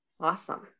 Awesome